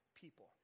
people